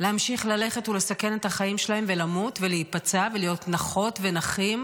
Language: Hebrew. להמשיך ללכת ולסכן את החיים שלהם ולמות ולהיפצע ולהיות נכות ונכים